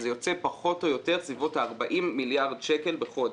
זה יוצר פחות או יותר בסביבות 40 מיליארד שקל בחודש.